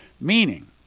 Meaning